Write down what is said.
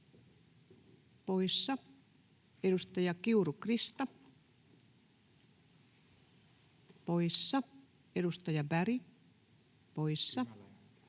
poissa, edustaja Kiuru, Krista poissa, edustaja Berg poissa.